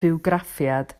bywgraffiad